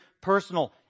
personal